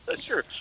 Sure